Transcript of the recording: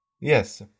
Yes